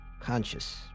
conscious